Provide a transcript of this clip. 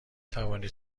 توانید